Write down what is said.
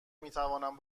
میتوانم